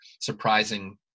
surprising